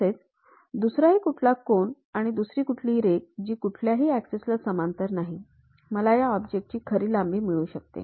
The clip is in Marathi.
तसेही दुसरा कुठलाही कोन आणि दुसरी कुठलीही रेघ जी कुठल्याही ऍक्सिस ला समांतर नाही मला या ऑब्जेक्ट चे खरी लांबी मिळू शकते